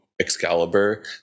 Excalibur